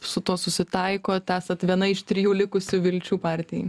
su tuo susitaikot esat viena iš trijų likusių vilčių partijai